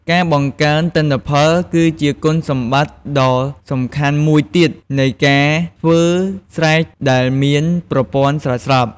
ការបង្កើនទិន្នផល គឺជាគុណសម្បត្តិដ៏សំខាន់មួយទៀតនៃការធ្វើស្រែដែលមានប្រព័ន្ធស្រោចស្រព។